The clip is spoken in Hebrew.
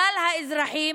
כלל האזרחים,